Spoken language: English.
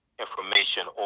information